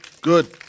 good